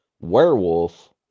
werewolf